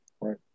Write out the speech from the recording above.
Right